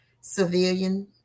civilian